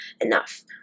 enough